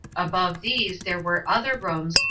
above these there were other rooms,